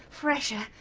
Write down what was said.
fresher.